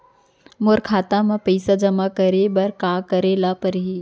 मोर खाता म पइसा जेमा करे बर का करे ल पड़ही?